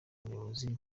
muyobozi